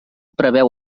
preveu